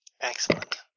Excellent